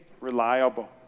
reliable